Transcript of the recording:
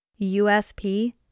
USP